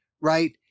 right